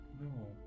No